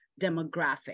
demographic